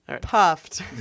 puffed